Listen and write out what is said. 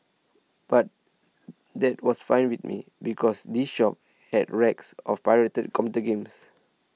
but that was fine with me because these shops had racks of pirated computer games